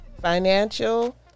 financial